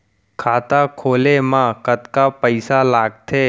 खाता खोले मा कतका पइसा लागथे?